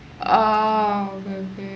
oh okay okay